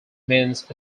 means